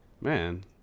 Man